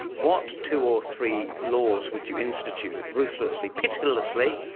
what two or three laws would you institute ruthlessly, pitilessly,